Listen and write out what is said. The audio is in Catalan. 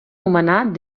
nomenat